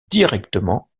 directement